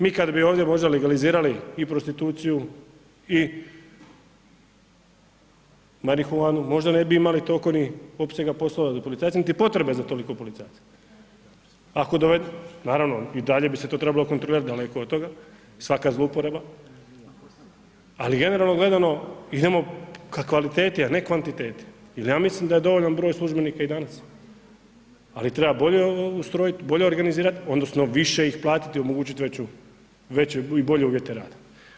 Mi kad bi ovdje možda legalizirali i prostituciju, i marihuanu, možda ne bi imali toliko ni opsega poslova za policajce, niti potrebe za toliko policajaca, ako, naravno i dalje bi se to trebalo kontrolirati, daleko od toga, svaka zlouporaba, ali generalno gledano idemo ka kvaliteti a ne kvantiteti, jer ja mislim da je dovoljan broj službenika i danas, ali treba bolje ustrojit, bolje organizirat, odnosno više ih platiti, omogući veću, veće i bolje uvijete rada.